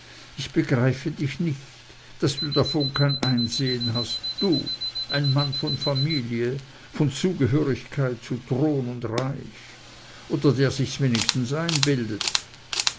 ich begreife dich nicht daß du davon kein einsehn hast du ein mann von familie von zugehörigkeit zu thron und reich oder der sich's wenigstens einbildet